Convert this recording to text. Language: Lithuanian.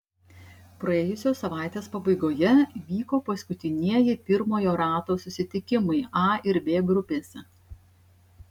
praėjusios savaitės pabaigoje vyko paskutinieji pirmojo rato susitikimai a ir b grupėse